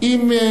איחדנו אותן.